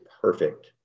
perfect